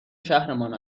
شهرمان